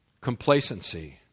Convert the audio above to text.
Complacency